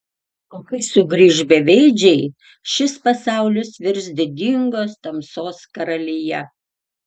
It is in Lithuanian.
o kai sugrįš beveidžiai šis pasaulis virs didingos tamsos karalija